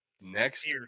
next